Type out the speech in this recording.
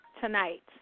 tonight